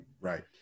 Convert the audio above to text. Right